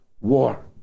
war